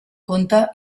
conte